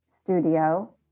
Studio